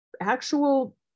actual